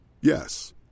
Yes